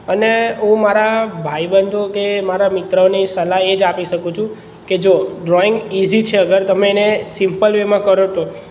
અને હું મારા ભાઈબંધો કે મારા મિત્રોને સલાહ એ જ આપી શકું છું કે જુઓ ડ્રોઈંગ ઇઝી છે અગર તેમે એને સિમ્પલ વેમાં કરો તો